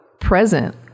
present